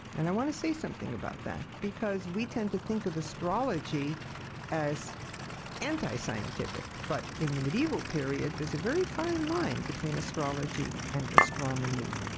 and i want to say something about that, because we tend to think of astrology as anti-scientific, but in the medieval period there's a very fine line between astrology and astronomy.